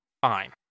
fine